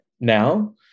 now